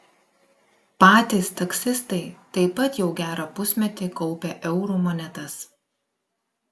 patys taksistai taip pat jau gerą pusmetį kaupia eurų monetas